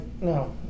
no